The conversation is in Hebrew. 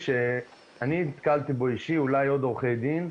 אני נתקלתי אישית ואולי עוד עורכי דין,